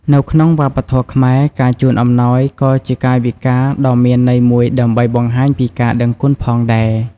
នៅក្នុងវប្បធម៌ខ្មែរ ការជូនអំណោយក៏ជាកាយវិការដ៏មានន័យមួយដើម្បីបង្ហាញពីការដឹងគុណផងដែរ។